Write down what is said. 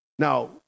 Now